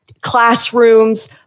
classrooms